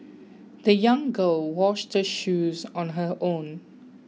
the young girl washed her shoes on her own